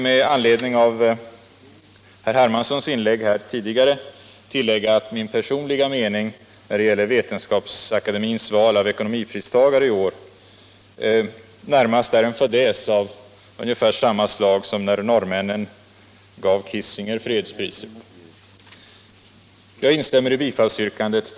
Med anledning av herr Hermanssons inlägg vill jag tillägga, att enligt min personliga mening är Vetenskapsakademiens val av ekonomipristagare i år närmast en fadäs av samma slag som när norrmännen gav Kissinger fredspriset.